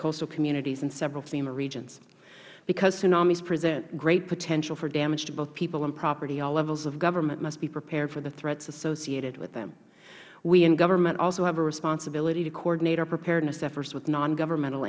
coastal communities in several fema regions because tsunamis present great potential for damage to both people and property all levels of government must be prepared for the threats associated with them we in government also have a responsibility to coordinate our preparedness efforts with non governmental